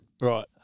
Right